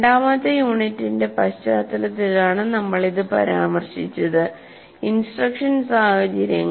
രണ്ടാമത്തെ യൂണിറ്റിന്റെ പശ്ചാത്തലത്തിലാണ് നമ്മൾ ഇത് പരാമർശിച്ചത് ഇൻസ്ട്രക്ഷൻ സാഹചര്യങ്ങൾ